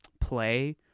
play